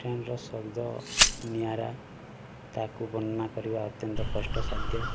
ଟ୍ରେନ୍ର ଶବ୍ଦ ନିଆରା ତାକୁ ବର୍ଣ୍ଣନା କରିବା ଅତ୍ୟନ୍ତ କଷ୍ଟସାଧ୍ୟ